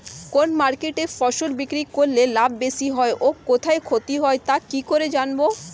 কোন মার্কেটে ফসল বিক্রি করলে লাভ বেশি হয় ও কোথায় ক্ষতি হয় তা কি করে জানবো?